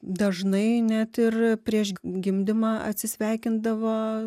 dažnai net ir prieš gimdymą atsisveikindavo